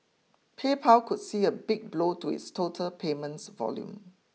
PayPal could see a big blow to its total payments volume